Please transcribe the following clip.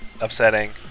upsetting